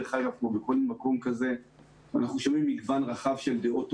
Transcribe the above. אנחנו שומעים מגוון רחב של דעות הורים.